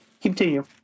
Continue